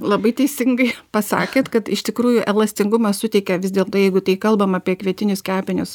labai teisingai pasakėt kad iš tikrųjų elastingumą suteikia vis dėlto jeigu tai kalbam apie kvietinius kepinius